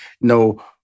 no